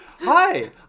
Hi